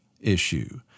issue